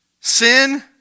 Sin